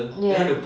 ya